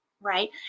right